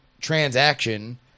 transaction